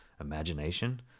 Imagination